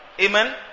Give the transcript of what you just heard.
Amen